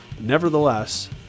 nevertheless